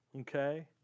okay